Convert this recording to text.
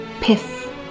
piff